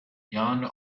jan